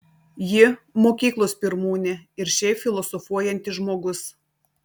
ji mokyklos pirmūnė ir šiaip filosofuojantis žmogus